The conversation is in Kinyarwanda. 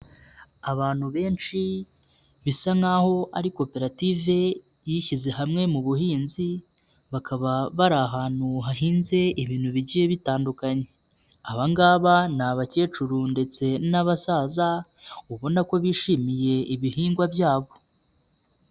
Abantu benshi bisa nk'aho ari koperative yishyize hamwe mu buhinzi bakaba bari ahantu hahinze ibintu bigiye bitandukanye, aba ngaba ni abakecuru ndetse n'abasaza ubona ko bishimiye ibihingwa byabo.